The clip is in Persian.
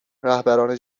رهبران